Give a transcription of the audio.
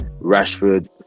Rashford